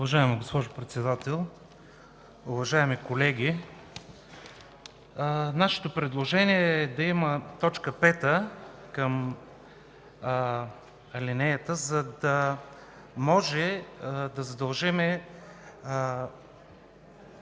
Уважаема госпожо Председател, уважаеми колеги! Нашето предложение е да има т. 5 към алинеята, за да можем да задължим